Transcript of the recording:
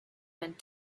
went